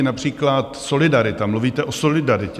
Například solidarita, mluvíte o solidaritě.